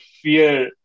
fear